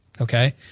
Okay